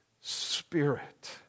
spirit